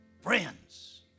friends